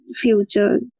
future